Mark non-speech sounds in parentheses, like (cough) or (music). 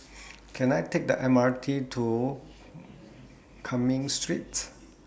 (noise) Can I Take The M R T to Cumming Street